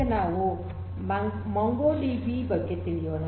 ಈಗ ನಾವು ಮೊಂಗೊಡಿಬಿ ಬಗ್ಗೆ ತಿಳಿಯೋಣ